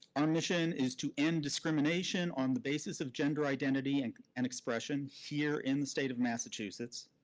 our mission is to end discrimination on the basis of gender identity and and expression here in the state of massachusetts.